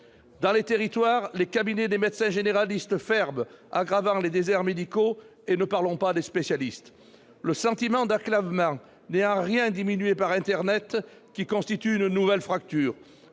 Dans les territoires, les cabinets des médecins généralistes ferment, aggravant les déserts médicaux ; et ne parlons pas des spécialistes ! Le sentiment d'enclavement n'est en rien diminué par l'internet, qui constitue une nouvelle fracture.